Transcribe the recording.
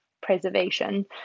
preservation